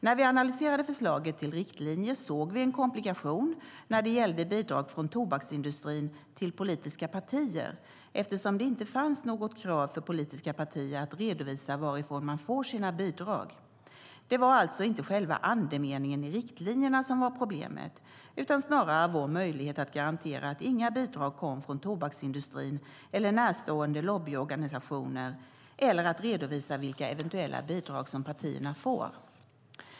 När vi analyserade förslaget till riktlinjer såg vi en komplikation när det gällde bidrag från tobaksindustrin till politiska partier eftersom det inte fanns något krav för politiska partier att redovisa varifrån man får sina bidrag. Det var alltså inte själva andemeningen i riktlinjerna som var problemet utan snarare vår möjlighet att garantera att inga bidrag kom från tobaksindustrin eller närstående lobbyorganisationer eller att redovisa vilka eventuella bidrag partierna får.